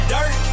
Dirt